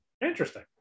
Interesting